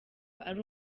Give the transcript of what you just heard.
ari